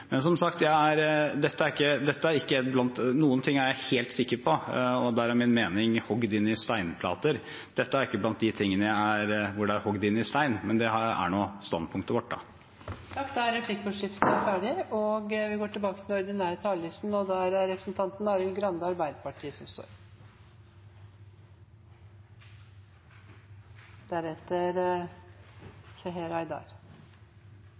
Men som sagt: Noen ting er jeg helt sikker på, og der er min mening hogd inn i steinplater. Dette er ikke blant de tingene hvor det er hogd inn i stein, men det er standpunktet vårt. Da er replikkordskiftet omme. De talere som heretter får ordet, har en taletid på inntil 3 minutter. Arbeiderpartiet mener det er helt avgjørende at vi får ILOs kjernekonvensjoner inn i menneskerettsloven. Det